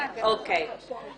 מה זה השטויות האלה?